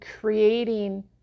creating